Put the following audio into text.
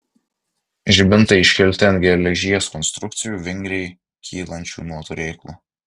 žibintai iškelti ant geležies konstrukcijų vingriai kylančių nuo turėklų